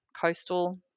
coastal